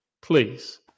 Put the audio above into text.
please